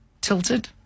Tilted